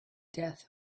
death